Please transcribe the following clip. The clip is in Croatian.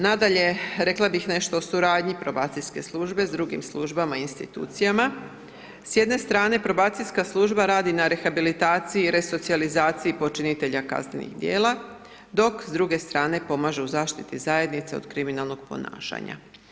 Nadalje, rekla bih nešto o suradnji probacijske službe s drugim službama i institucijama s jedne strane probacijska služba radi na rehabilitaciji i resocijalizaciji počinitelja kaznenih djela dok s druge strane pomaže u zaštiti zajednice od kriminalnog ponašanja.